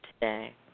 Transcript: today